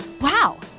Wow